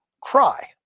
cry